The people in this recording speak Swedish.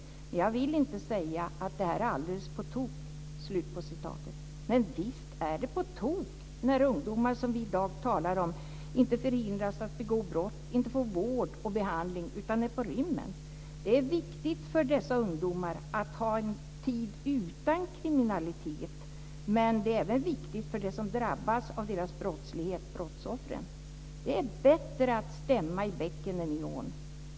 Men jag vill inte säga att det här är alldeles på tok." Men visst är det på tok när de ungdomar som vi i dag talar om inte förhindras att begå brott, inte får vård och behandling utan är på rymmen. Det är viktigt för dessa ungdomar att ha en tid utan kriminalitet. Det är även viktigt för dem som drabbas av deras brottslighet, brottsoffren. Det är bättre att stämma i bäcken än i ån.